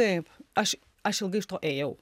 taip aš aš ilgai iš to ėjau